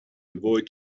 avoid